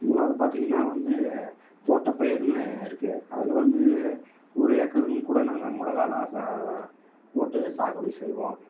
மூணாவது பார்த்தீங்கனா வந்து தோட்ட பயிர்னு இருக்குது அது வந்து ஒரு ஏக்கர்னு கூட நாங்கள் மிளகாலாம் போட்டு சாகுபடி செய்வோம்